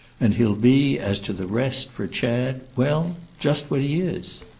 and he'll be, as to the rest, for chad well, just what he is.